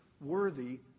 worthy